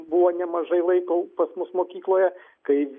buvo nemažai laiko pas mus mokykloje kai